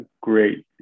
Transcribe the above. great